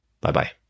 Bye-bye